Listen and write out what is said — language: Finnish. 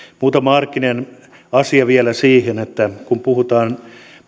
muutama arkinen asia vielä liittyen siihen kun puhutaan